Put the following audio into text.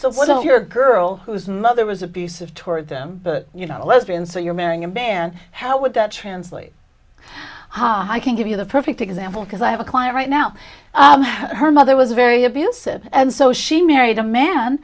wasn't your girl whose mother was abusive toward them you know a lesbian so you're marrying a man how would that translate i can give you the perfect example because i have a client right now her mother was very abusive and so she married a man